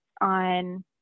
on